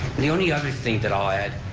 the only other thing that i'll add,